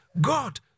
God